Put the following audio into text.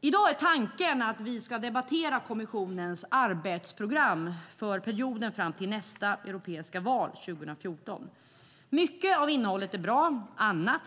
I dag är tanken att vi ska debattera kommissionens arbetsprogram för perioden fram till nästa europeiska val 2014. Mycket av innehållet är bra. Annat